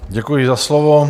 Děkuji za slovo.